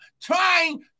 trying